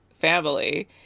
family